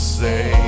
say